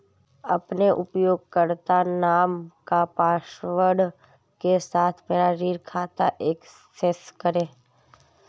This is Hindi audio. अपने उपयोगकर्ता नाम और पासवर्ड के साथ मेरा ऋण खाता एक्सेस करें